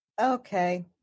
Okay